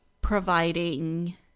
providing